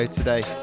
today